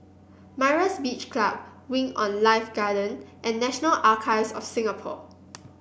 Myra's Beach Club Wing On Life Garden and National Archives of Singapore